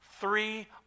three